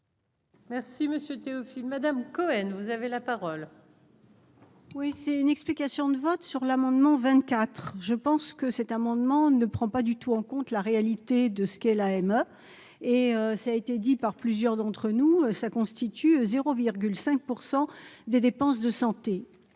Merci Monsieur Théophile Madame Cohen, vous avez la parole. Oui, c'est une explication de vote sur l'amendement 24 je pense. Que cet amendement ne prend pas du tout en compte la réalité de ce qu'elle a elle même et ça a été dit par plusieurs d'entre nous, ça constitue 0,5 % des dépenses de santé,